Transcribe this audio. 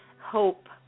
hope